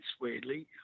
Weirdly